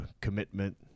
commitment